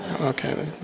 Okay